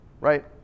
Right